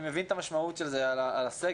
אני מבין את המשמעות של זה על הסגר.